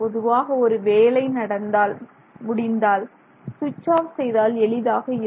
பொதுவாக ஒரு வேலை முடிந்தால் ஸ்விட்ச் ஆப் செய்தால் எளிதாக இருக்கும்